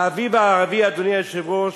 האביב הערבי, אדוני היושב-ראש,